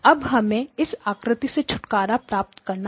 अब हमें इस आकृति से छुटकारा प्राप्त करना है